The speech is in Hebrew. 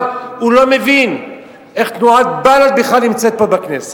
שהוא לא מבין איך תנועת בל"ד בכלל נמצאת פה בכנסת,